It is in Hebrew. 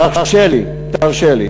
תרשה לי.